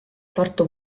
tartu